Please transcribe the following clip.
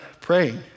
praying